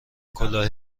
کلاه